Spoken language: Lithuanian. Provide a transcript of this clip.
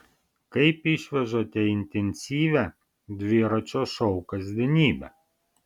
kaip išvežate intensyvią dviračio šou kasdienybę